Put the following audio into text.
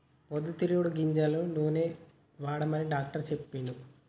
పొద్దు తిరుగుడు గింజల నూనెనే వాడమని డాక్టర్ చెప్పిండు